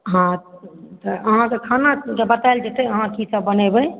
हँ तऽ अहाँके खानाके बताएल जेतै अहाँ की सभ बनेबै